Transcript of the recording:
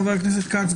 חה"כ כץ,